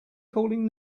calling